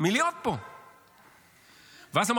אני חשבתי לעצמי עוד משהו: האם יש מצב